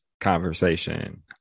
conversation